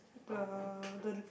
the the